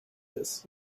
this